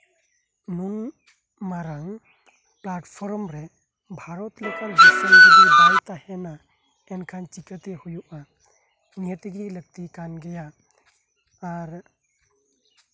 ᱱᱩᱱ ᱢᱟᱨᱟᱝ ᱯᱞᱟᱴᱯᱷᱚᱨᱚᱢ ᱨᱮ ᱵᱷᱟᱨᱚᱛ ᱞᱮᱠᱟᱱ ᱫᱤᱥᱚᱢ ᱡᱩᱫᱤ ᱵᱟᱭ ᱛᱟᱦᱮᱱᱟ ᱮᱱᱠᱷᱟᱱ ᱪᱤᱠᱟᱹᱛᱮ ᱦᱳᱭᱳᱜᱼᱟ ᱱᱤᱦᱟᱹᱛ ᱜᱮ ᱞᱟᱹᱠᱛᱤ ᱜᱮ ᱠᱟᱱ ᱜᱮᱭᱟ ᱟᱨ